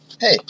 Hey